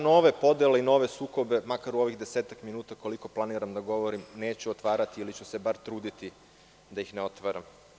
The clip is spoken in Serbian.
Nove podele i nove sukobe, makar u ovih desetak minuta, koliko planiram da govorim, neću otvarati ili ću se bar truditi da ih ne otvaram.